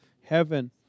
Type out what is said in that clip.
heaven